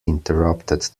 interrupted